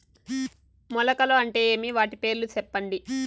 మొలకలు అంటే ఏమి? వాటి పేర్లు సెప్పండి?